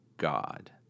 God